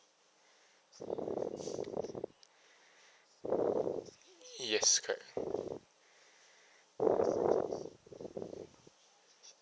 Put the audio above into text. yes correct